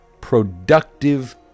productive